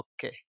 Okay